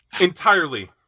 Entirely